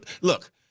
look